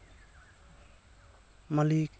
ᱢᱟᱞᱤᱠ